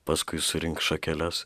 paskui surinks šakeles